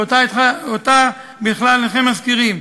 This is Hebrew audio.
ואותה בכלל אינכם מזכירים.